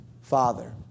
Father